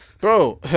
Bro